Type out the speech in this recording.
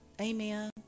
Amen